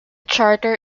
charter